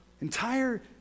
entire